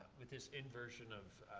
with this inversion of,